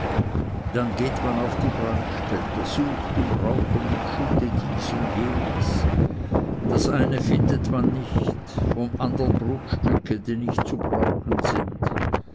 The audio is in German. dann geht man auf die brandstätte sucht im rauchenden schutte dieses jenes das eine findet man nicht von anderm bruchstücke die nicht zu brauchen sind